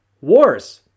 wars